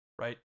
right